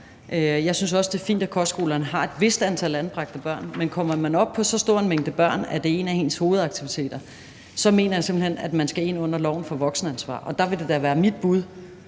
jeg synes også, det er fint, at kostskolerne har et vist antal anbragte børn, men kommer man op på så stor en mængde børn, at det er en af ens hovedaktiviteter, mener jeg simpelt hen, at man skal ind under loven for voksenansvar, og der vil det da være mit bud